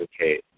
okay